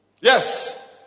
Yes